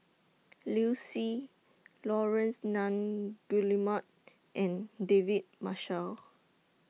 Liu Si Laurence Nunns Guillemard and David Marshall